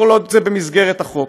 כל עוד זה במסגרת החוק.